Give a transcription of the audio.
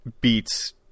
beats